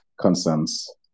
concerns